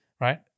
Right